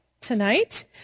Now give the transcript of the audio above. tonight